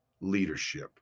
leadership